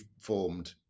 formed